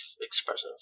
expressive